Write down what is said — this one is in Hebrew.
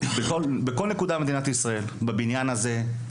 בכל נקודה במדינת ישראל, בבניין הזה,